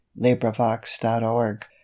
LibriVox.org